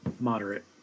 moderate